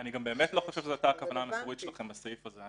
אני גם באמת לא חושב שזאת הייתה הכוונה המקורית שלכם בסעיף הזה.